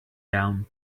down